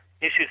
issues